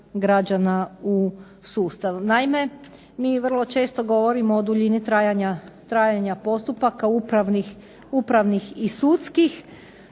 u sustav. Naime, mi vrlo često govorimo o duljini trajanja postupaka upravnih i sudskih